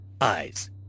Eyes